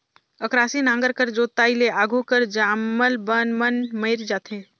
अकरासी नांगर कर जोताई ले आघु कर जामल बन मन मइर जाथे